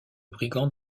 brigand